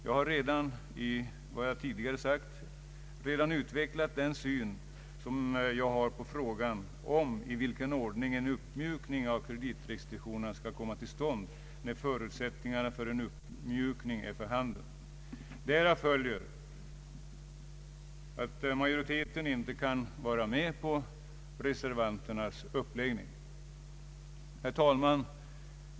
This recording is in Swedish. Jag har redan med vad jag tidigare sagt utvecklat den syn jag har på frågan om i vilken ordning en uppmjukning i kreditrestriktionerna skall komma till stånd när förutsättningarna för en sådan uppmjukning är för handen. Därav följer att utskottsmajoriteten inte kan vara med på reservanternas uppläggning. Herr talman!